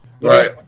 Right